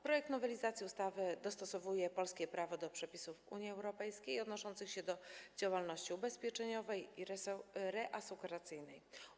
Projekt nowelizacji ustawy dostosowuje polskie prawo do przepisów Unii Europejskiej odnoszących się do działalności ubezpieczeniowej i reasekuracyjnej.